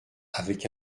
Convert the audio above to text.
avec